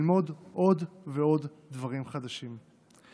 כדי ללמוד עוד ועוד דברים חדשים.